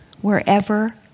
wherever